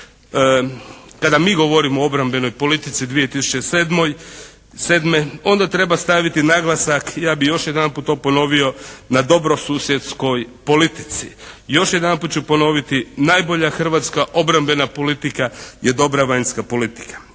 kada mi govorimo o obrambenoj politici 2007. onda treba staviti naglasak, ja bi još jedanput to ponovio na dobrosusjedskoj politici. Još jedanput ću ponoviti, najbolja hrvatska obrambena politika je dobra vanjska politika.